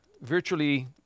virtually